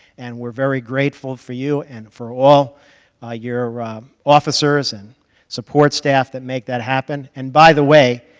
and we're very grateful for you and for all ah your ah officers and support staff that make that happen. and by the way,